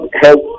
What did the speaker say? help